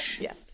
yes